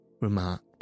remarked